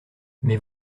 mais